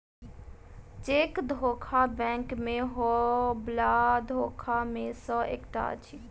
cheque धोखा bank मे होयबला धोखा मे सॅ एकटा अछि